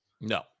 No